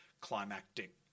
climactic